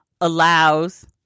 allows